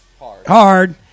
hard